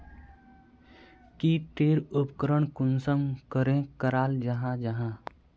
की टेर उपकरण कुंसम करे कराल जाहा जाहा?